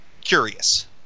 curious